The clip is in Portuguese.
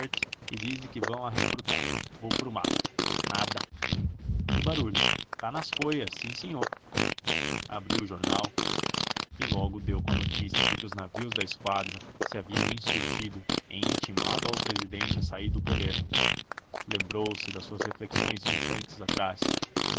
e dizem que vão arrecrutá vou pro mato nada que barulho tá nas foias sim sinhô abriu o jornal e logo deu com a notícia de que os navios da esquadra se haviam insurgido e intimado ao presidente a sair do poder lembrou-se das suas reflexões de instantes atrás